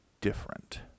different